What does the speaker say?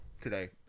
today